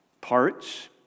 parts